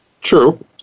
True